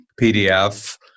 PDF